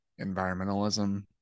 environmentalism